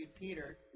peter